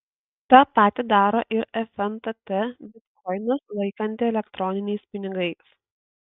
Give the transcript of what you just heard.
tą patį daro ir fntt bitkoinus laikanti elektroniniais pinigais